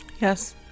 Yes